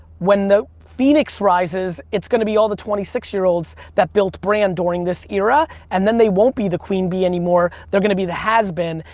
when the phoenix rises, it's going to be all the twenty-six-year-olds that build a brand during this era, and then they won't be the queen bee anymore, they're gonna be the has been.